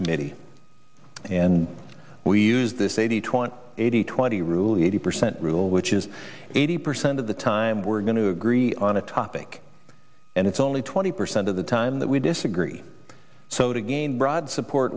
committee and we used this eighty twenty eighty twenty rule eighty percent rule which is eighty percent of the time we're going to agree on a top and it's only twenty percent of the time that we disagree so to gain broad support